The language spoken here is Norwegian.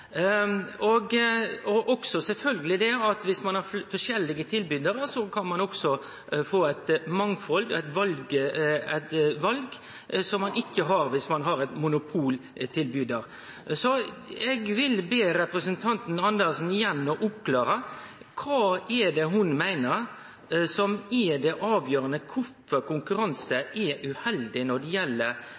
Og dersom ein har forskjellige tilbydarar, kan ein også få eit mangfald og eit val som ein ikkje har dersom ein har ein monopoltilbydar. Eg vil be representanten Andersen igjen om å klargjere kva ho meiner er det avgjerande for kvifor konkurranse er uheldig når det gjeld